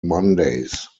mondays